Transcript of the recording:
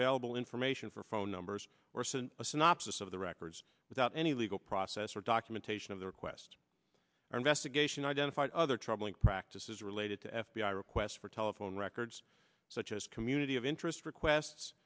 available information for phone numbers orsen a synopsis of the records without any legal process or documentation of the request or investigation identified other troubling practices related to f b i requests for telephone records such as community of interest requests